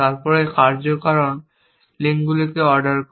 তারপরে কার্যকারণ লিঙ্কগুলিকে অর্ডার করে